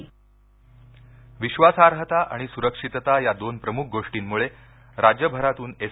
intro विश्वासार्हता आणि स्रक्षितता या दोन प्रमुख गोष्टींमुळे राज्यभरातून एस